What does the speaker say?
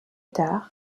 tard